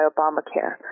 Obamacare